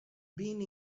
being